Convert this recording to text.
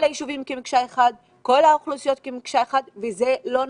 כל הישובים כמקשה אחת וכל האוכלוסיות כמקשה אחת וזה לא נכון.